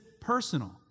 personal